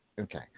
okay